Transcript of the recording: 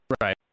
Right